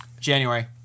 January